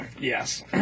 Yes